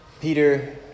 Peter